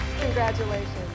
Congratulations